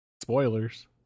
Spoilers